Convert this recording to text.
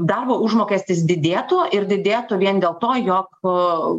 darbo užmokestis didėtų ir didėtų vien dėl to jog